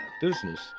business